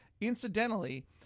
Incidentally